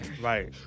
Right